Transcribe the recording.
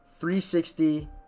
360